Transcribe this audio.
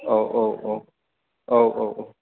औ औ औ औ औ औ